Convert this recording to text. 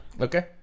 Okay